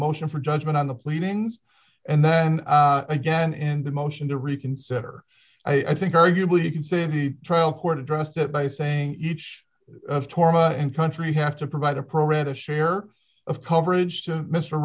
motion for judgment on the pleadings and then again in the motion to reconsider i think arguably you could say the trial court addressed it by saying each of torah and country have to provide a program to share of